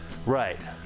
Right